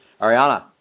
Ariana